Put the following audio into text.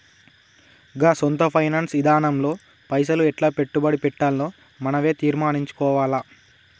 గా సొంత ఫైనాన్స్ ఇదానంలో పైసలు ఎట్లా పెట్టుబడి పెట్టాల్నో మనవే తీర్మనించుకోవాల